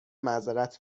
معذرت